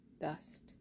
dust